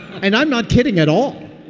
and i'm not kidding at all.